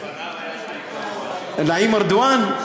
לפניו היה, נעים ארדואן?